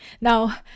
Now